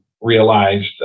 realized